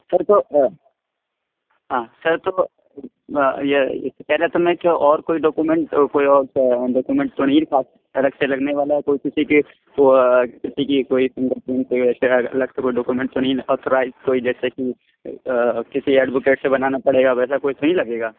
سر تو ہاں سر تو یہ کہہ رہا تھا میں کہ اور کوئی ڈوکومنٹ کوئی اور ڈوکومنٹ تو نہیں تھا الگ سے لگنے والا کوئی کسی کے وہ کسی کی کوئی فنگر پرنٹ کوئی ویسے الگ سے کوئی ڈوکومنٹ تو نہیں ہے نا اتھورائز کوئی جیسے کہ کسی ایڈوکیٹ سے بنانا پڑے گا ویسا کچھ تو نہیں لگے گا